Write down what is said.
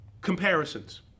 Comparisons